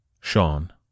Sean